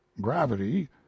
gravity